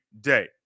day